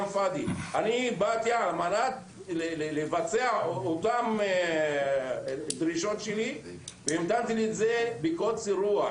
אני באתי על מנת לבצע את הדרישות שלי והמתנתי לזה בקוצר רוח,